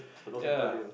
ya